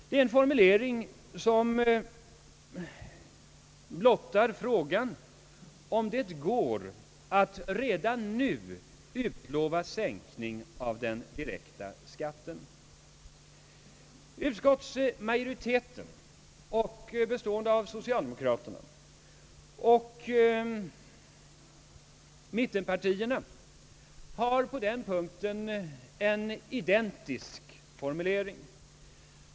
Det är en formulering som blottar frågan om det går att redan nu utlova sänkning av den direkta skatten eller ej. Utskottets majoritet, bestående av socialdemokraterna och mittenpartierna, har på den punkten en identisk formulering.